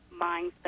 mindset